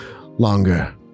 longer